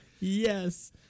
Yes